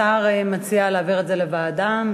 השר מציע להעביר את הנושא לוועדה.